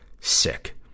sick